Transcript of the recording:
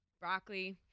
broccoli